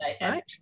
right